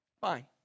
fine